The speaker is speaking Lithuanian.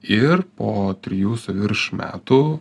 ir po trijų su virš metų